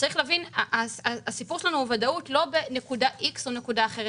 צריך להבין שהסיפור שלנו עם הוודאות הוא לא בנקודה X או בנקודה אחרת,